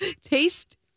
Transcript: Taste